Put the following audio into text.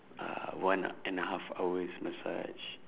ah one and a half hours massage